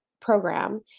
program